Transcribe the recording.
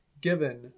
given